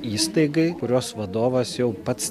įstaigai kurios vadovas jau pats